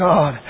God